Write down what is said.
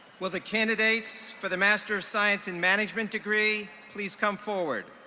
will the candidates for the master of science in management degree please come forward?